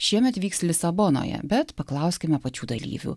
šiemet vyks lisabonoje bet paklauskime pačių dalyvių